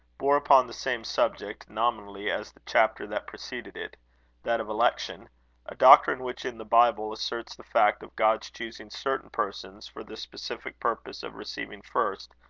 bore upon the same subject nominally as the chapter that preceded it that of election a doctrine which in the bible asserts the fact of god's choosing certain persons for the specific purpose of receiving first,